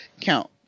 count